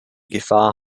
gefahr